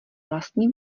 vlastní